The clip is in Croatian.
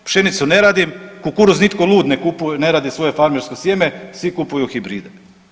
Pšenicu ne radim, kukuruz nitko lud ne radi svoje farmersko sjeme, svi kupuju hibride.